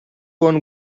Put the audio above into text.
one